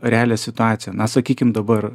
realią situaciją na sakykim dabar